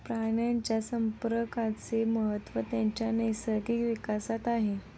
प्राण्यांच्या संप्रेरकांचे महत्त्व त्यांच्या नैसर्गिक विकासात आहे